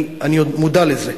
אני מודע לזה,